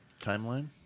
Timeline